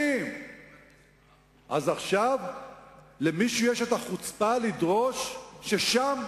אז עכשיו למישהו יש חוצפה לדרוש ששם,